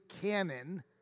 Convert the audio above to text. canon